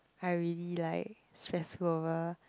are really like stressful over